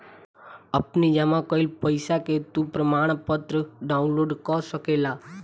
अपनी जमा कईल पईसा के तू प्रमाणपत्र डाउनलोड कअ सकेला